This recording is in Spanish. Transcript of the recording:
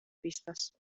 pistas